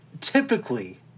typically